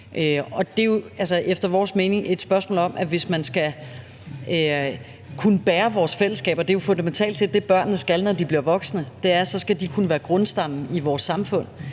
det er efter vores mening et spørgsmål om, at hvis man skal kunne bære vores fællesskab, og det er jo fundamentalt set det, børnene skal, når de bliver voksne – de skal kunne være grundstammen i vores samfund